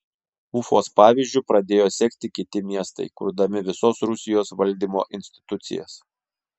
ufos pavyzdžiu pradėjo sekti kiti miestai kurdami visos rusijos valdymo institucijas